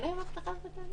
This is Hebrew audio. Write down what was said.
אין היום אבטחה בבתי הדין?